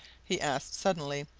he asked suddenly,